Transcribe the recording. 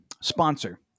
sponsor